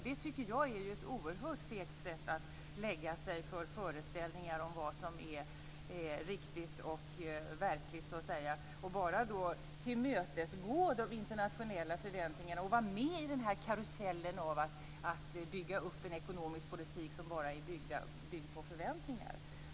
Det tycker jag är ett oerhört fegt sätt att lägga sig för föreställningar om vad som är riktigt och verkligt och bara tillmötesgå de internationella förväntningarna och vara med i denna karusell och bygga upp en ekonomisk politik som bara är byggd på förväntningar.